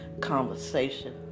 conversation